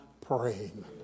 praying